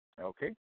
Okay